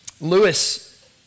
Lewis